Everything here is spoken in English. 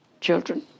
children